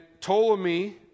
Ptolemy